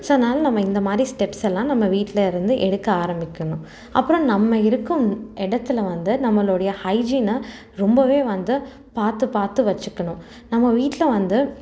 so அதனால் நம்ம இந்த மாதிரி ஸ்டெப்ஸ் எல்லாம் நம்ம வீட்டில் இருந்து எடுக்க ஆரம்பிக்கணும் அப்பறம் நம்ம இருக்கும் இடத்துல வந்து நம்மளுடைய ஹைஜீனை ரொம்ப வந்து பார்த்து பார்த்து வெச்சுக்கணும் நம்ம வீட்டில் வந்து